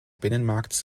binnenmarkts